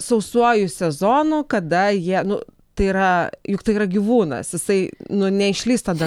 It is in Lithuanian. sausuoju sezonu kada jie nu tai yra juk tai yra gyvūnas jisai nu neišlįs tada